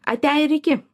ate ir iki